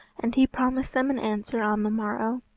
and he promised them an answer on the morrow.